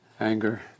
anger